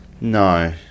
No